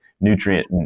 nutrient